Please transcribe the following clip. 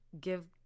give